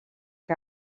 que